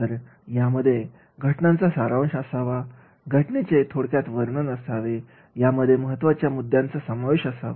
तर यामध्ये घटनेचा सारांश असावा घटनेचे थोडक्यात वर्णन असावे यामध्ये महत्वाच्या मुद्यांचा समावेश असावा